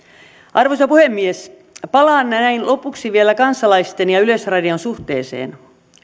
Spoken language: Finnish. arvoisa puhemies palaan näin lopuksi vielä kansalaisten ja yleisradion suhteeseen